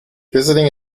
visiting